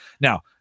Now